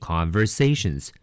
Conversations